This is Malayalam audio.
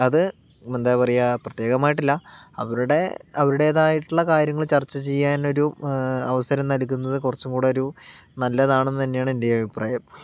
അത് എന്താ പറയുക പ്രത്യേകമായിട്ടല്ല അവരുടെ അവരുടേതായിട്ടുള്ള കാര്യങ്ങൾ ചർച്ച ചെയ്യാനൊരു അവസരം നൽകുന്നത് കുറച്ചും കൂടി ഒരു നല്ലതാണെന്നു തന്നെയാണ് എൻ്റേയും അഭിപ്രായം